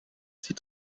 sie